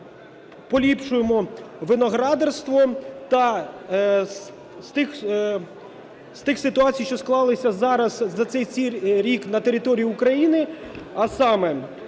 ми поліпшуємо виноградарство, та з тих ситуацій, що склалися зараз за цей рік на території України. А саме